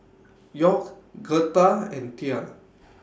York Girtha and Tia